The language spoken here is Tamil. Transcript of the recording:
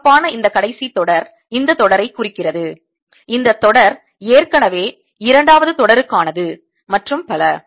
சிவப்பான இந்த கடைசி தொடர் இந்தத் தொடரை குறிக்கிறது இந்த தொடர் ஏற்கனவே இரண்டாவது தொடருக்கானது மற்றும் பல